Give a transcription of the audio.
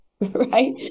Right